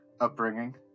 upbringing